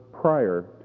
prior